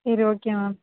சரி okay ma'am